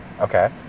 Okay